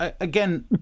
again